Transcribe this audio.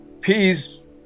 peace